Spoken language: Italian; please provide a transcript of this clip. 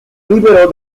liberò